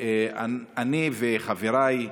אני וחבריי,